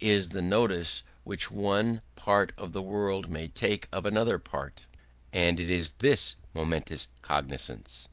is the notice which one part of the world may take of another part and it is this momentous cognisance,